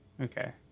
okay